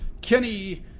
Kenny